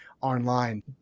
online